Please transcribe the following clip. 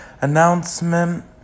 announcement